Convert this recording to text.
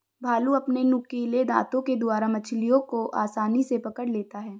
भालू अपने नुकीले दातों के द्वारा मछलियों को आसानी से पकड़ लेता है